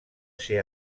ser